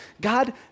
God